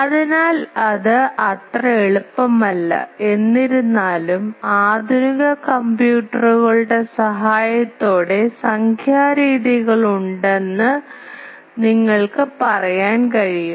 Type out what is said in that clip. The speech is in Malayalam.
അതിനാൽ ഇത് അത്ര എളുപ്പമല്ല എന്നിരുന്നാലും ആധുനിക കമ്പ്യൂട്ടറുകളുടെ സഹായത്തോടെ സംഖ്യാ രീതികളുണ്ടെന്ന് ഇന്ന് നിങ്ങൾക്ക് പറയാൻ കഴിയും